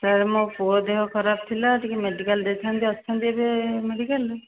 sir ମୋ ପୁଅ ଦେହ ଖରାପ ଥିଲା ଟିକିଏ ମେଡ଼ିକାଲ ଯାଇଥାନ୍ତି ଅଛନ୍ତି ଏବେ ମେଡ଼ିକାଲରେ